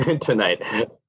tonight